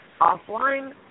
offline